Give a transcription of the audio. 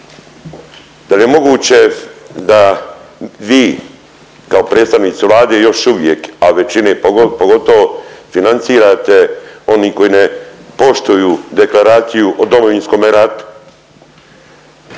Da li je moguće da vi kao predstavnici Vlade još uvijek a većine pogotovo financirate oni koji ne poštuju Deklaraciju o Domovinskom ratu?